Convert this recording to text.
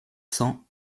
cents